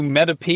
MetaP